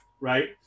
right